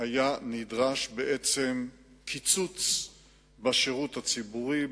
בעצם היה נדרש קיצוץ בשירות הציבורי,